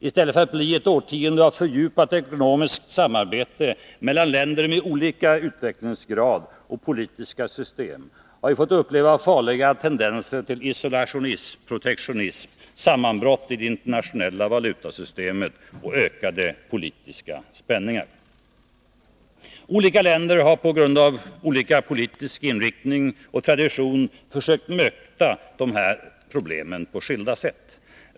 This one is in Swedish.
I stället för ett årtionde av fördjupad ekonomiskt samarbete mellan länder med olika utvecklingsgrad och politiskt system, har vi fått uppleva farliga tendenser till isolationism, protektionism, sammanbrott i det internationella valutasystemet och ökande politiska spänningar. Olika länder har på grund av varierande politisk inriktning och tradition försökt möte de här problemen på olika sätt.